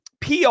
PR